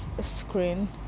screen